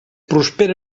prospera